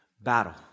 battle